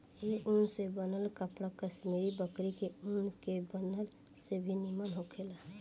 ए ऊन से बनल कपड़ा कश्मीरी बकरी के ऊन के बनल से भी निमन होखेला